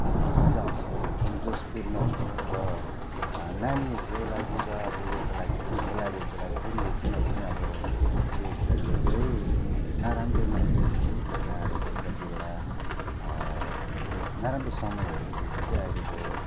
मजा आउँछ एकदम जोसपूर्ण हुन्छ र नानीहरूको लागि र अब ऊ योको लागि पनि खेलाडीहरूको लागि पनि यो किनभने अब यो खेलले चाहिँ अब नराम्रो नानीहरूको विचारहरू कतिवटा नराम्रो समयहरू त्यो जुन चाहिँ अहिलेको